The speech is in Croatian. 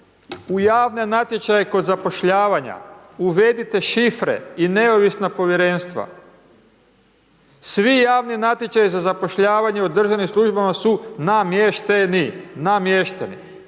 u javne natječaje kod zapošljavanja uvedite šifre i neovisna povjerenstva. Svi javni natječaji za zapošljavanje u državnim službama su namješteni.